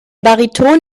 bariton